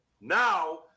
Now